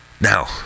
Now